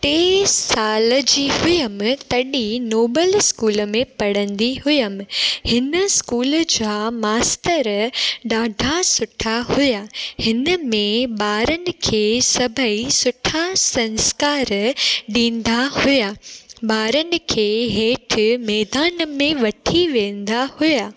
टेई साल जी हुयमि तॾी नोबल स्कूल में पढ़ंदी हुयमि हिन स्कूल जा मास्तर ॾाढा सुठा हुआ हिन में ॿारनि खे सभेई सुठा संस्कार ॾींदा हुआ ॿारनि खे हेठि मैदान में वठी वेंदा हुआ